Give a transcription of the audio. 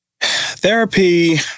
Therapy